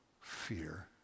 fear